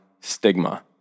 stigma